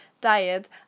diet